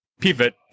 pivot